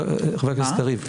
חבר הכנסת קריב,